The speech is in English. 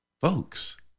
Folks